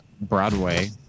broadway